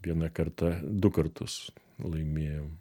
vieną kartą du kartus laimėjom